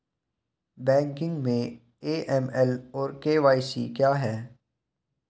Banking में AML और KYC क्या हैं?